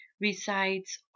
resides